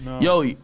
Yo